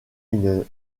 une